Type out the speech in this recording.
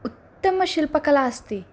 उत्तम शिल्पकला अस्ति